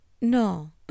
No